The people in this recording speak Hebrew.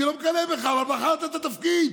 אני לא מקנא בך, אבל בחרת את התפקיד,